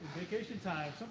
vacation time,